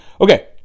Okay